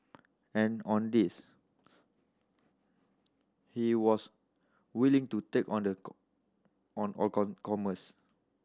and on this he was willing to take on the on all comers